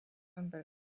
ümber